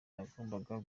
nagombaga